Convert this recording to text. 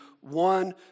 one